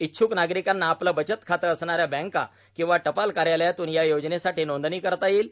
इच्छुक नागरिकांना आपलं बचत खातं असणाऱ्या बँक किंवा टपाल कार्यालयातून या योजनेसाठी नोंदणी करता येईल